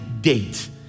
date